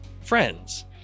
friends